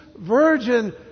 virgin